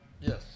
Yes